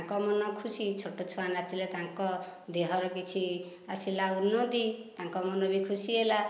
ତାଙ୍କ ମନ ଖୁସି ଛୋଟ ଛୁଆ ନାଚିଲେ ତାଙ୍କ ଦେହର କିଛି ଆସିଲା ଉନ୍ନତି ତାଙ୍କ ମନ ବି ଖୁସି ହେଲା